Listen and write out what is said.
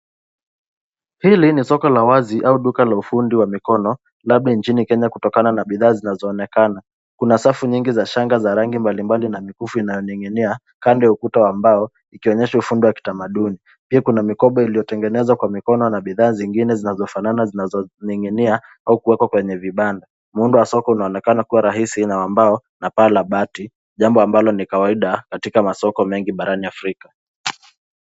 Hili ni soko la wazi au duka la ufundi wa mikono, labda nchini Kenya kutokana na bidhaa zinazoonekana. Kuna safu nyingi za shanga za rangi mbalimbali na mikufu inayoning'inia kando ya ukuta wa mbao, ikionyesha ufundi wa kitamaduni. Pia kuna mikoba iliyotengenezwa kwa mikono na bidhaa zingine zinazofanana zinazoning'inia au kuwekwa kwenye vibanda. Muundo wa soko unaonekana kuwa rahisi, wa mbao na paa la bati, jambo ambalo ni kawaida katika masoko mengi barani Afrika.